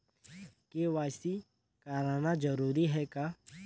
KYC कराना जरूरी है का?